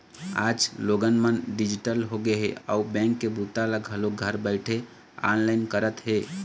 आज लोगन मन डिजिटल होगे हे अउ बेंक के बूता ल घलोक घर बइठे ऑनलाईन करत हे